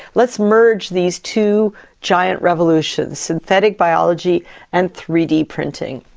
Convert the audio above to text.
let's merge these two giant revolutions synthetic biology and three d printing.